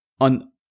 on